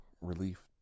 relief